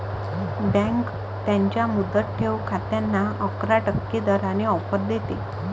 bank त्यांच्या मुदत ठेव खात्यांना अकरा टक्के दराने ऑफर देते